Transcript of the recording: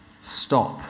Stop